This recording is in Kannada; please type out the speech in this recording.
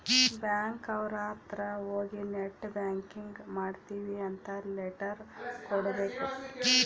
ಬ್ಯಾಂಕ್ ಅವ್ರ ಅತ್ರ ಹೋಗಿ ನೆಟ್ ಬ್ಯಾಂಕಿಂಗ್ ಮಾಡ್ತೀವಿ ಅಂತ ಲೆಟರ್ ಕೊಡ್ಬೇಕು